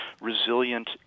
resilient